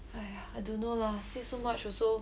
!hais! I don't know lah say so much also